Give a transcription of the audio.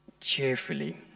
cheerfully